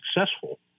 successful